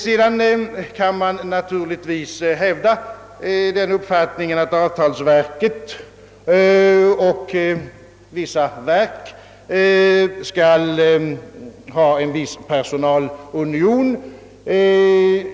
Naturligtvis kan man tala för den uppfattningen att avtalsverket och andra verk skall ha en viss personalunion.